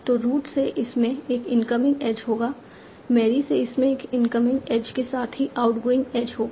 तो रूट से इसमें एक इनकमिंग एज होगा मैरी से इसमें एक इनकमिंग एज के साथ ही आउटगोइंग एज होगा